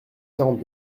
quarante